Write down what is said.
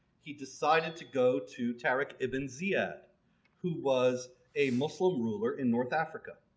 he decided to go to tariq ibn ziyad who was a muslim ruler in north africa.